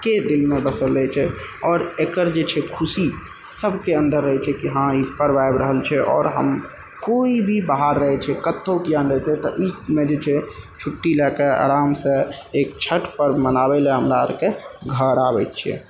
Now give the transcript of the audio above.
के दिलमे बसल रहै छै आओर एकर जे छै खुशी सबके अन्दर रहै छै कि हँ ई पर्व आबि रहल छै आओर हम कोइ भी बाहर रहै छै कतौ किआने रहै छै तऽ एहिमे जे छै छुट्टी लए कऽ आरामसँ एक छठ पर्व मनाबै लअ हमरा अरके घर आबै छियै